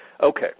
okay